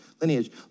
lineage